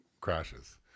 crashes